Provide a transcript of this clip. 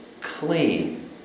clean